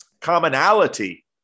commonality